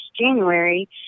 January